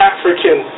African